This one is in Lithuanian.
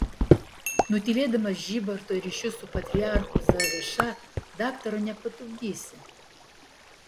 nutylėdamas žybarto ryšius su patriarchu zaviša daktaro nepatupdysi